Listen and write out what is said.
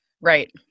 Right